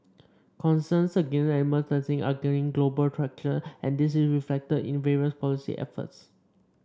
concerns against animal testing are gaining global traction and this is reflected in various policy efforts